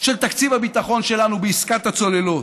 של תקציב הביטחון שלנו בעסקת הצוללות.